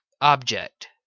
object